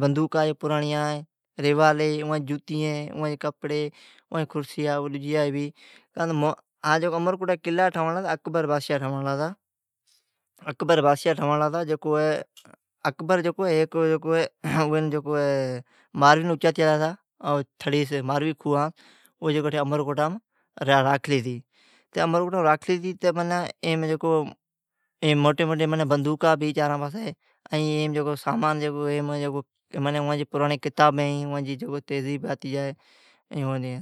بندوقا ہی پرانڑیا، ریوالی، جتیئں، کپڑی، کھرسیا ڈجیا ھوی۔ ھا امرکوٹا جا قلا اکبر بادشاھ ٹھنواڑلا ھتا۔ اکبر ماروین اچاتی آلا ھتا تھڑیم کھوئام ۔ امرکوٹام راکھلی ھتی۔ ایم موٹیا موٹیا بندوقا ھی چاراں پاسی۔ سامان پرانڑی کتابیں ھی۔ ائاں جی تہذیت آتی جا ھی